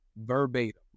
verbatim